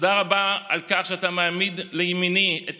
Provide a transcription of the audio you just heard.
תודה רבה על כך שאתה מעמיד לימיני את